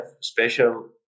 special